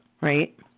right